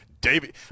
David